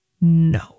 No